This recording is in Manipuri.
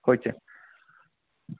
ꯍꯣꯏ ꯆꯦ